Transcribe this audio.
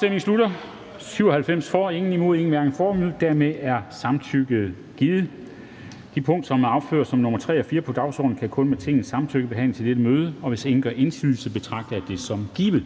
stemte 0, hverken for eller imod stemte 0. Dermed er samtykket givet. De punkter, som er opført som nr. 3 og 4 på dagsordenen, kan kun med Tingets samtykke behandles i dette møde, og hvis ingen gør indsigelse, betragter jeg det som givet.